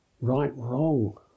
right-wrong